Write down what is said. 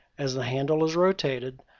as the handle is rotated,